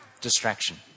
distraction